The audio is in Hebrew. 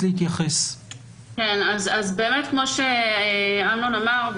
אז באמת כמו שאמנון שמואלי אמר,